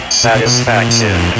satisfaction